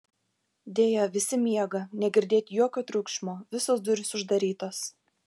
deja visi miega negirdėt jokio triukšmo visos durys uždarytos